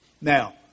Now